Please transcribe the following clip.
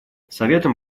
советом